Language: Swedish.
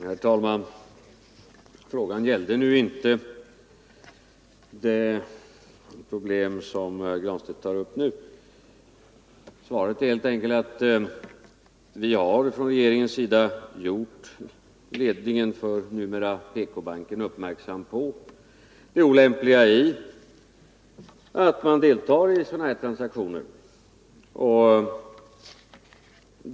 Herr talman! Frågan gällde inte det problem som herr Granstedt tar upp nu. Svaret är helt enkelt att vi från regeringens sida har gjort ledningen för den nuvarande PK-banken uppmärksam på det olämpliga i att delta i sådana transaktioner.